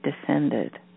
descended